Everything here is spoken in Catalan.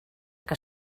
que